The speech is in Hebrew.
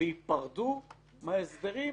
וייפרדו מההסדרים